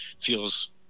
feels